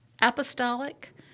apostolic